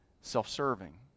self-serving